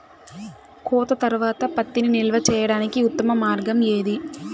కోత తర్వాత పత్తిని నిల్వ చేయడానికి ఉత్తమ మార్గం ఏది?